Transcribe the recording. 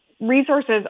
resources